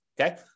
okay